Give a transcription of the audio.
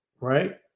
right